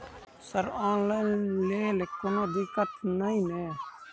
Sir online लैल कोनो दिक्कत न ई नै?